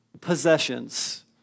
possessions